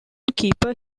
keeper